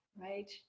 right